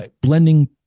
Blending